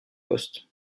poste